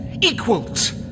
Equals